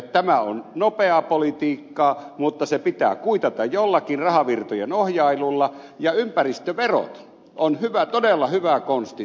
tämä on nopeaa politiikkaa mutta se pitää kuitata jollakin rahavirtojen ohjailulla ja ympäristöverot ovat todella hyvä konsti tämän hoitamiseen